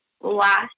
last